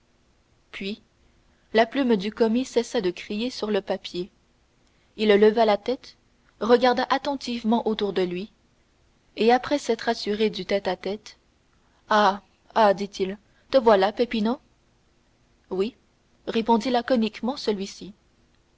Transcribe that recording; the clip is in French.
puis la plume du commis cessa de crier sur le papier il leva la tête regarda attentivement autour de lui et après s'être assuré du tête-à-tête ah ah dit-il te voilà peppino oui répondit laconiquement celui-ci